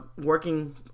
working